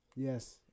Yes